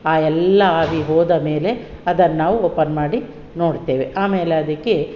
ಆ ಎಲ್ಲ ಆವಿ ಹೋದ ಮೇಲೆ ಅದನ್ನು ನಾವು ಓಪನ್ ಮಾಡಿ ನೋಡ್ತೇವೆ ಆಮೇಲೆ ಅದಕ್ಕೆ